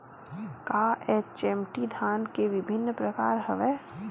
का एच.एम.टी धान के विभिन्र प्रकार हवय?